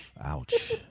Ouch